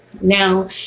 Now